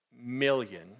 million